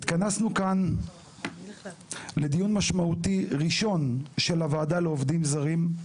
התכנסנו כאן לדיון משמעותי ראשון של הוועדה לעובדים זרים.